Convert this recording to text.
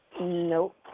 Nope